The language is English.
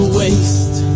waste